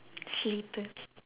slippers